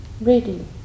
ready